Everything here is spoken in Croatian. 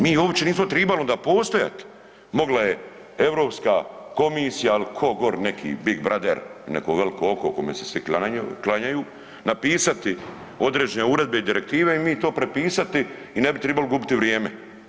Mi uopće nismo tribali onda postojat, mogla je Europska komisija ili ko gore neki big brother neko veliko oko kome se svi klanjaju napisati određene uredbe i direktive i mi to prepisati i ne bi trebali gubiti vrijeme.